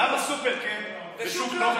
למה סופר כן ושוק לא?